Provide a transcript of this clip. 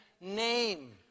name